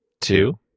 two